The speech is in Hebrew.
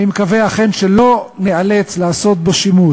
אני מקווה שאכן לא ניאלץ לעשות בו שימוש.